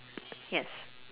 yes